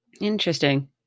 interesting